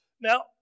Now